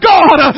God